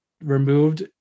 removed